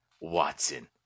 Watson